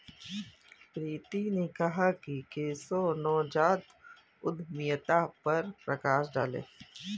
प्रीति ने कहा कि केशव नवजात उद्यमिता पर प्रकाश डालें